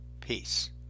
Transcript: Peace